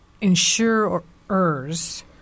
insurers